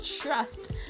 trust